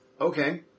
Okay